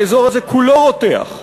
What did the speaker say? האזור הזה כולו רותח,